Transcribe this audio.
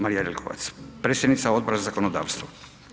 Marija Jelkovac, predsjednica Odbora za zakonodavstvo.